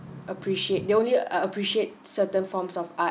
appreciate they only uh appreciate certain forms of art